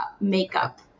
makeup